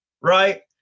right